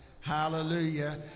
Hallelujah